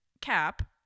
cap